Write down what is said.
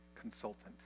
consultant